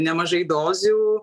nemažai dozių